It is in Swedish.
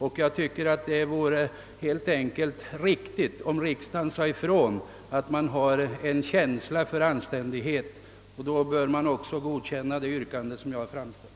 Det riktigaste vore om riksdagen helt enkelt sade ifrån och visade att den har en känksla för anständighet, och då bör den också bifalla det yrkande jag framställt.